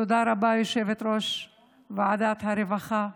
תודה רבה ליושבת-ראש ועדת הרווחה.